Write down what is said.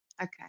Okay